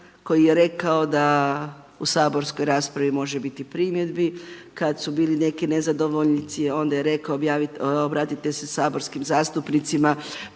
koji je rekao da u saborskoj raspravi može biti primjedbi kada su bili neki nezadovoljnici onda je rekao obratite se saborskim zastupnicima